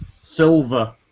silver